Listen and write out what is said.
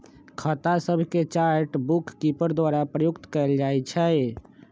खता सभके chart bookkeeper द्वारा प्रयुक्त कएल जाइ छइ